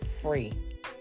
free